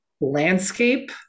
landscape